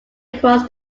across